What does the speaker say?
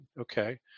Okay